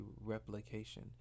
replication